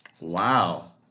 Wow